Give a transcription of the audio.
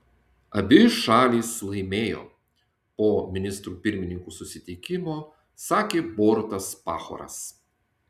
abi šalys laimėjo po ministrų pirmininkų susitikimo sakė borutas pahoras